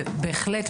בהחלט,